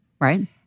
Right